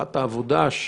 הערכת העבודה היא